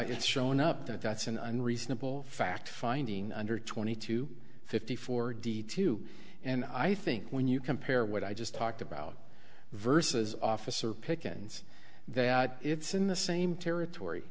it's shown up that that's an unreasonable fact finding under twenty two fifty four d two and i think when you compare what i just talked about versus officer pickens that it's in the same territory